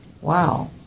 wow